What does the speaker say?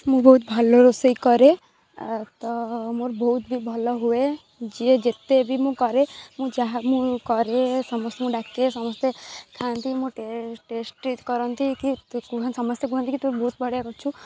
ମୁଁ ବହୁତ ଭଲ ରୋଷେଇ କରେ ଆଉ ତ ମୋର ବହୁତ ବି ଭଲ ହୁଏ ଯିଏ ଯେତେ ବି ମୁଁ କରେ ମୁଁ ଯାହା ମୁଁ କରେ ସମସ୍ତଙ୍କୁ ଡାକେ ସମସ୍ତେ ଖାଆନ୍ତି ମୋ ଟେଷ୍ଟ ଟେଷ୍ଟି କରନ୍ତି କି ତୁ କୁହନ୍ତି ସମସ୍ତେ କୁହନ୍ତି କି ତୁ ବହୁତ ବଢ଼ିଆ କରିଛୁ